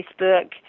Facebook